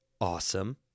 awesome